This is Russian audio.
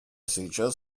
сейчас